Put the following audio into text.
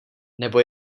nebo